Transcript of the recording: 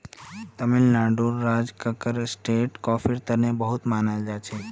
तमिलनाडुर राज कक्कर स्टेट कॉफीर तने बहुत मनाल जाछेक